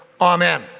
Amen